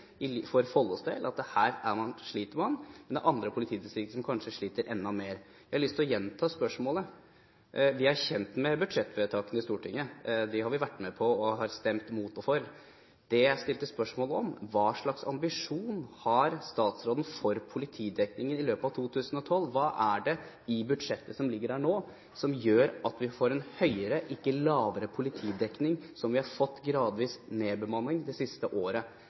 for Follos del, at her sliter man – men det er andre politidistrikter som kanskje sliter enda mer. Jeg har lyst til å gjenta spørsmålet: Vi er kjent med budsjettvedtakene i Stortinget, de har vi vært med på å stemme mot eller for, men hva slags ambisjon har statsråden for politidekningen i 2012? Hva er det i budsjettet som ligger der nå, som gjør at vi får en høyere – ikke lavere – politidekning? Vi har fått en gradvis nedbemanning det siste året,